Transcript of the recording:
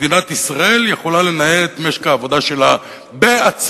מדינת ישראל יכולה לנהל את משק העבודה שלה בעצמה,